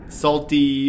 salty